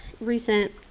recent